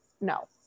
no